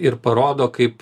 ir parodo kaip